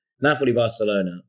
Napoli-Barcelona